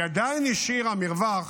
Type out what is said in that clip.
היא עדיין השאירה מרווח